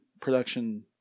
production